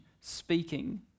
speaking